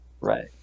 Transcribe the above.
Right